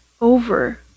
over